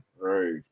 Right